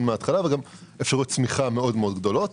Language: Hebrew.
מההתחלה וגם אפשרויות צמיחה מאוד גדולות.